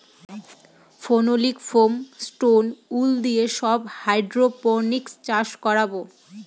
phenolic foam, stone wool দিয়ে সব hydroponics চাষ করাবো